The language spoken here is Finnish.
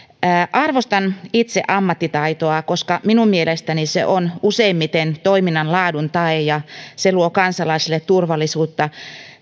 arvostan itse ammattitaitoa koska minun mielestäni se on useimmiten toiminnan laadun tae ja se luo kansalaisille turvallisuutta